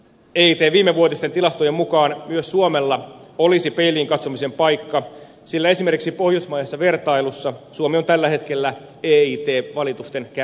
eitn viimevuotisten tilastojen mukaan myös suomella olisi peiliin katsomisen paikka sillä esimerkiksi pohjoismaisessa vertailussa suomi on tällä hetkellä eit valitusten kärkimaa